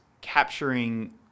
capturing